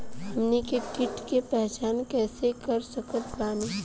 हमनी के कीट के पहचान कइसे कर सकत बानी?